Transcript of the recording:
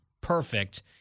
perfect